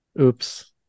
Oops